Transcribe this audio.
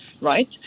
right